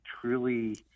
truly